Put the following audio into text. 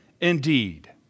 indeed